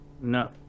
No